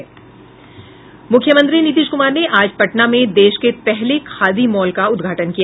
मुख्यमंत्री नीतीश कुमार ने आज पटना में देश के पहले खादी मॉल का उद्घाटन किया